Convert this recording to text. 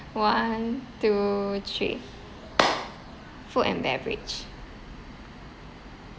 one two three food and beverage